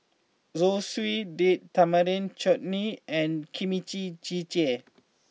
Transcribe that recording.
Zosui Date Tamarind Chutney and Kimchi Jjigae